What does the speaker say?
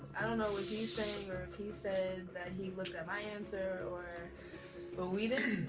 i don't know what he's saying or if he said that he looked at my answer or but we didn't.